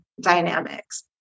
dynamics